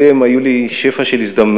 הרי במקצועי הקודם היו לי שפע של הזדמנויות